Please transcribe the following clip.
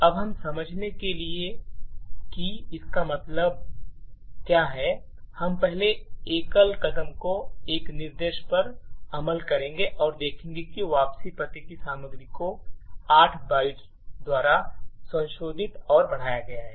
अब यह समझने के लिए कि इसका मतलब है कि हम पहले एकल कदम को एक निर्देश पर अमल करेंगे और देखेंगे कि वापसी पते की सामग्री को 8 बाइट्स द्वारा संशोधित और बढ़ाया गया है